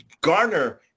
garner